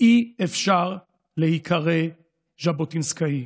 אי-אפשר להיקרא ז'בוטינסקאי.